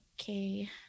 okay